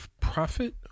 profit